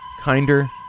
kinder